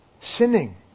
sinning